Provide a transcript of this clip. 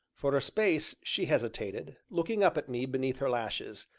for a space she hesitated, looking up at me beneath her lashes,